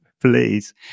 Please